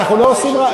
אנחנו לא עושים רק,